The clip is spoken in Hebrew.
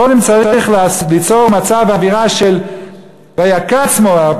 קודם צריך ליצור מצב ואווירה של "ויקץ מואב",